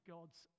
God's